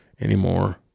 anymore